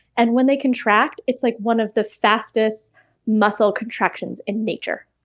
and when they contract, it's like one of the fastest muscle contractions in nature.